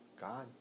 God